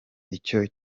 icyo